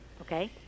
Okay